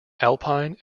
alpine